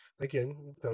again